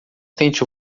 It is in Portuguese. tente